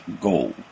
goal